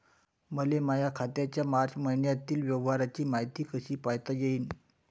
मले माया खात्याच्या मार्च मईन्यातील व्यवहाराची मायती कशी पायता येईन?